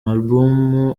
album